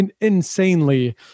insanely